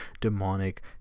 demonic